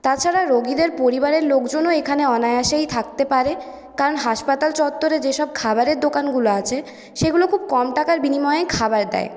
তাছাড়া রোগীদের পরিবারের লোকজনও এখানে অনায়াসেই থাকতে পারে কারণ হাসপাতাল চত্বরে যেসব খাবারের দোকানগুলো আছে সেগুলো খুব কম টাকার বিনিময়ে খাবার দেয়